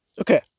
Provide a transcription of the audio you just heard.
Okay